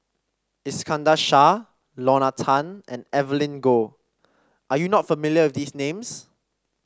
Iskandar Shah Lorna Tan and Evelyn Goh are you not familiar with these names